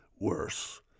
worse